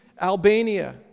Albania